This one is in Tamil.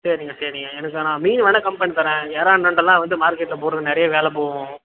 சரிங்க சரிங்க எனக்கு ஆனால் மீன் வேணுனா கம்மி பண்ணித்தர்றேன் எறால் நண்டெல்லாம் வந்து மார்க்கெட்டில் போகிறது நிறைய வெலை போகும்